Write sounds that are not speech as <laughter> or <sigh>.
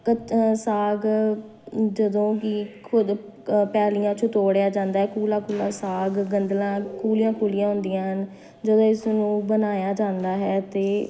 ਕਤ ਸਾਗ <unintelligible> ਜਦੋਂ ਕਿ ਖੁਦ ਪੈਲੀਆਂ 'ਚੋਂ ਤੋੜਿਆ ਜਾਂਦਾ ਕੂਲਾ ਕੂਲਾ ਸਾਗ ਗੰਦਲਾਂ ਕੂਲੀਆਂ ਕੂਲੀਆਂ ਹੁੰਦੀਆਂ ਹਨ ਜਦੋਂ ਇਸ ਨੂੰ ਬਣਾਇਆ ਜਾਂਦਾ ਹੈ ਤਾਂ